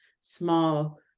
small